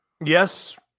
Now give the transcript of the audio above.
yes